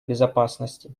безопасности